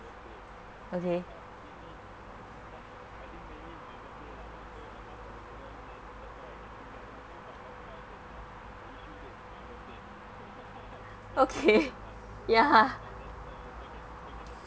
okay okay ya